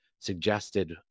suggested